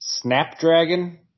Snapdragon